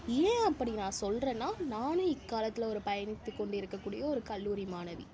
ஏன் அப்படி நான் சொல்கிறேன்னா நானும் இக்கலாத்தில் ஒரு பயணித்துக் கொண்டிருக்கக்கூடிய ஒரு கல்லூரி